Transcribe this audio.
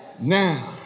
now